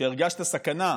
כשהרגשת סכנה,